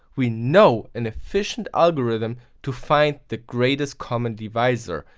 we know an efficient algorithm to find the greatest common divisor,